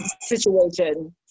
situation